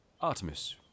Artemis